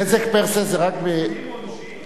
נזק פר-סה זה רק, עם פיצויים עונשיים?